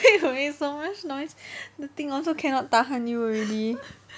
why you make me so much noise the thing also cannot tahan you already